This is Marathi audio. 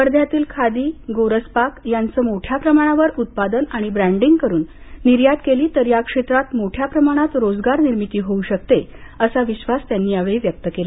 वर्ध्यातील खादी गोरस पाक यांचं मोठ्या प्रमाणावर उत्पादन आणि ब्रँडिंग करुन निर्यात केली तर या क्षेत्रात मोठ्या प्रमाणात रोजगार निर्मिती होऊ शकते असा विश्वास त्यांनी यावेळी व्यक्त केला